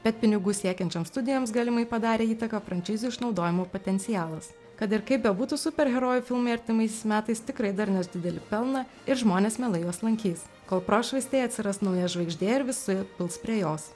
bet pinigų siekiančioms studijoms galimai padarė įtaką franšizių išnaudojimo potencialas kad ir kaip bebūtų superherojų filmai artimaisiais metais tikrai dar neš didelį pelną ir žmonės mielai juos lankys kol prošvaistėje atsiras nauja žvaigždė ir visi puls prie jos